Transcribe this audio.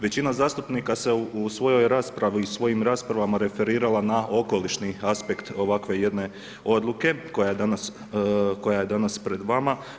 Većina zastupnika se u svojoj raspravi i svojim raspravama referirala na okolišni aspekt ovakve jedne odluke koja je danas pred vama.